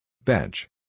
Bench